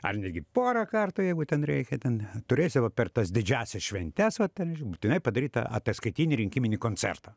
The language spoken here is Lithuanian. ar netgi porą kartų jeigu ten reikia ten turėsi va per tas didžiąsias šventes va ten būtinai padaryt tą ataskaitinį rinkiminį koncertą